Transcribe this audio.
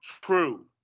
true